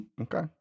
okay